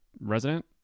resident